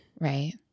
Right